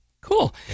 cool